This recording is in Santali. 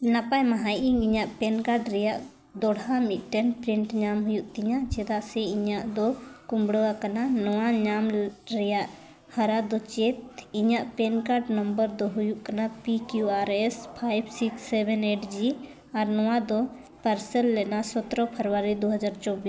ᱱᱟᱯᱟᱭ ᱢᱟᱦᱟ ᱤᱧ ᱤᱧᱟᱹᱜ ᱯᱮᱱ ᱠᱟᱨᱰ ᱨᱮᱭᱟᱜ ᱫᱚᱦᱲᱟ ᱢᱤᱫᱴᱮᱱ ᱯᱨᱤᱱᱴ ᱧᱟᱢ ᱦᱩᱭᱩᱜ ᱛᱤᱧᱟ ᱪᱮᱫᱟᱜ ᱥᱮ ᱤᱧᱟᱹᱜ ᱫᱚ ᱠᱩᱢᱲᱟᱹ ᱟᱠᱟᱱᱟ ᱱᱚᱣᱟ ᱧᱟᱢ ᱨᱮᱭᱟᱜ ᱦᱟᱨᱟ ᱫᱚ ᱪᱮᱫ ᱤᱧᱟᱹᱜ ᱯᱮᱱ ᱠᱟᱨᱰ ᱱᱚᱢᱵᱚᱨ ᱫᱚ ᱦᱩᱭᱩᱜ ᱠᱟᱱᱟ P Q R S five six seven eight G ᱟᱨ ᱱᱚᱣᱟ ᱫᱚ ᱯᱟᱨᱥᱮᱞ ᱞᱮᱱᱟ ᱥᱚᱛᱨᱚ ᱯᱷᱮᱵᱽᱨᱩᱣᱟᱨᱤ ᱫᱩ ᱦᱟᱡᱟᱨ ᱪᱚᱵᱽᱵᱤᱥ